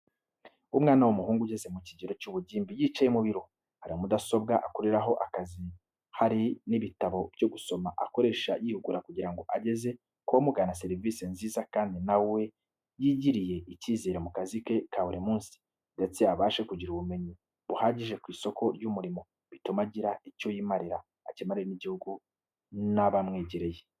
Umwana w'umuhungu ugeze mu gihe cy'ubugimbi y'icaye mu biro. Hari mudasobwa akoreraho akazi hari n'ibitabo byo gusoma akoresha yihugura kugira ngo ageze kubamugana serivizi nziza kdi na we yigirire icyizere mu kazi ke kaburi munsi, ndetse abashe kugira ubumenyi buhagije kw'isoko ry'umurimo bitume agira icyo yimarira, akimarire n'igihugu n'abamwegereye.